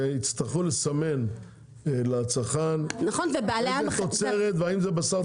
שיצטרכו לסמן לצרכן איזה תוצרת והאם זה בשר טרי או לא.